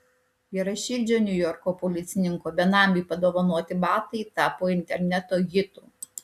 geraširdžio niujorko policininko benamiui padovanoti batai tapo interneto hitu